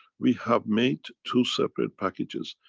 we have made two separate packages.